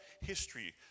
history